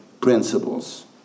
principles